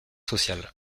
social